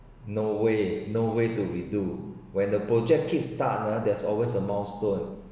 no way no way to redo when the project kick start ah there's always a milestone